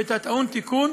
ואת הטעון תיקון,